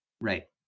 Right